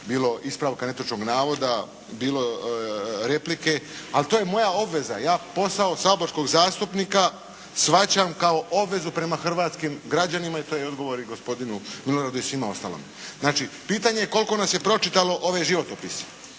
bilo ispravka netočnog navoda, bilo replike. Ali to je moja obveza. Ja posao saborskog zastupnika shvaćam kao obvezu prema hrvatskim građanima. I to je odgovor i gospodinu Miloradu i svima ostalima. Znači, pitanje je koliko nas je pročitalo ove životopise.